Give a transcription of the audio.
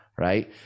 right